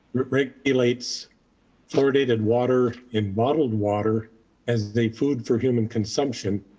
regulates fluoridated water in bottled water as the food for human consumption,